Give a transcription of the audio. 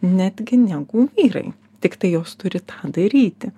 netgi negu vyrai tiktai jos turi tą daryti